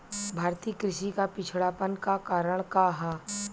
भारतीय कृषि क पिछड़ापन क कारण का ह?